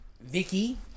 Vicky